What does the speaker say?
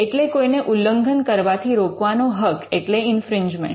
એટલે કોઈને ઉલ્લંઘન કરવાથી રોકવાનો હક એટલે ઇન્ફ્રિંજમેન્ટ